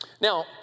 now